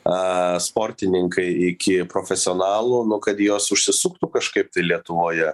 a sportininkai iki profesionalų nu kad jos užsisuktų kažkaip lietuvoje